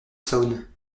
saône